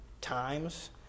times